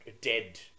dead